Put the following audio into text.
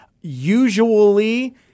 usually